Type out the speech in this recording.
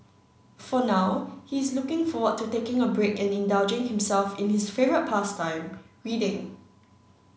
for now he is looking forward to taking a break and indulging himself in his favourite pastime reading